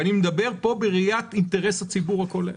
אני מדבר פה בראיית אינטרס הציבור הכולל.